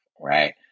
right